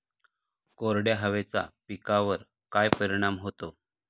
कोरड्या हवेचा पिकावर काय परिणाम होतो?